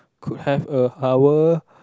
could have a hour